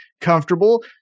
comfortable